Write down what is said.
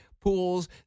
pools